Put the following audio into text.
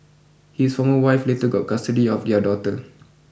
his former wife later got custody of their daughter